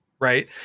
right